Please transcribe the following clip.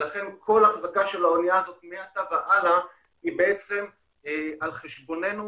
ולכן כל אחזקה של האנייה הזאת מעתה והלאה היא בעצם על חשבוננו,